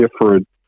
different